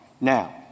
Now